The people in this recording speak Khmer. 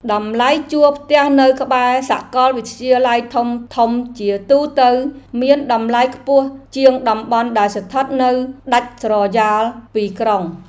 តម្លៃជួលផ្ទះនៅក្បែរសាកលវិទ្យាល័យធំៗជាទូទៅមានតម្លៃខ្ពស់ជាងតំបន់ដែលស្ថិតនៅដាច់ស្រយាលពីក្រុង។